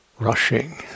rushing